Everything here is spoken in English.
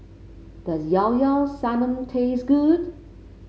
does Llao Llao Sanum taste good